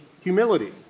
humility